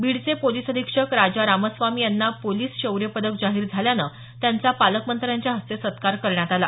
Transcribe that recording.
बीडचे पोलिस अधीक्षक राजा रामा स्वामी यांना पोलिस शौर्य पदक जाहीर झाल्यानं त्यांचा पालकमंत्र्यांच्या हस्ते सत्कार करण्यात आला